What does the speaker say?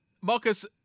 Marcus